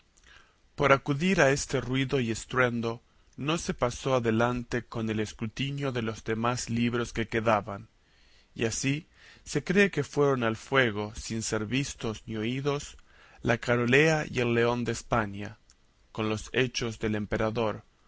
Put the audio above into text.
por acudir a este ruido y estruendo no se pasó adelante con el escrutinio de los demás libros que quedaban y así se cree que fueron al fuego sin ser vistos ni oídos la carolea y león de españa con los hechos del emperador